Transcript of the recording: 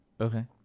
Okay